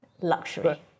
luxury